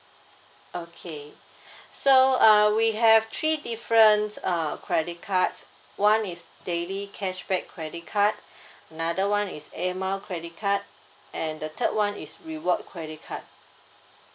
okay so uh we have three different uh credit cards [one] is daily cashback credit card another one is air miles credit card and the third one is reward credit card